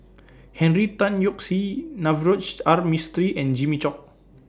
Henry Tan Yoke See Navroji R Mistri and Jimmy Chok